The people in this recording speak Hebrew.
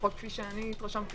כפי שאני מתרשמת,